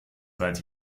seit